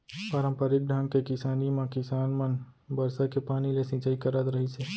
पारंपरिक ढंग के किसानी म किसान मन बरसा के पानी ले सिंचई करत रहिस हे